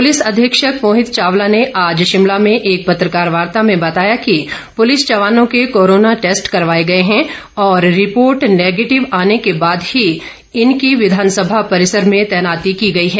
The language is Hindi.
पुलिस अधीक्षक मोहित चावला ने आज शिमला में एक पत्रकार वार्ता में बताया कि पुलिस जवानों के कोरोना टैस्ट करवाए गए हैं और रिपोर्ट नेगेटिव आने के बाद ही इनकी विधानसभा परिसर में तैनाती की गई है